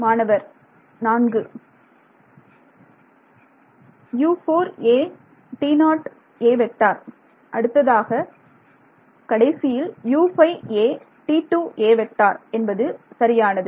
மாணவர் 4 அடுத்ததாக கடைசியில் என்பது சரியானது